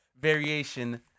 variation